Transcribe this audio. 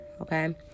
Okay